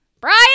Brian